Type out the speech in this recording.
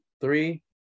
Three